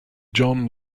john